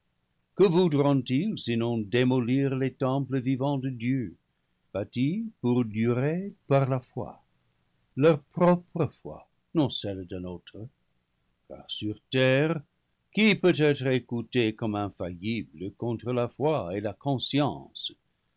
que voudront ils sinon démolir les temples vivants de dieu bâtis pour durer par la foi leur propre foi non celle d'un autre car sur terre qui peut être écouté comme infaillible contre la foi et la con